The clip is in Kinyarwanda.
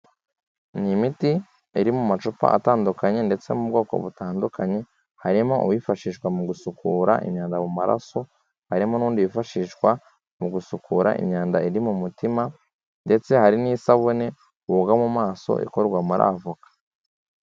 Ni imiti iri mu macupa atandukanye ndetse yo mu bwoko butandukanye, harimo uwifashishwa mu gusukura imyanda mu maraso, harimo n'uwundi wifashishwa mu gusukura imyanda iri mu mutima ndetse hari n'isabune woga mu maso ikorwa muri avoka.